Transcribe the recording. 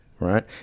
right